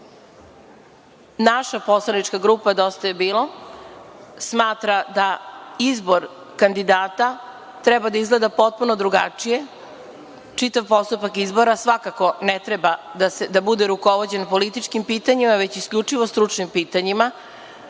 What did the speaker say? naša poslanička grupa DJB smatra da izbor kandidata treba da izgleda potpuno drugačije. Čitav postupak izbora svakako ne treba da bude rukovođen političkim pitanjima već isključivo stručnim pitanjima